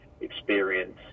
experience